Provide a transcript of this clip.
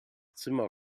zimmer